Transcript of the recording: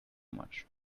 much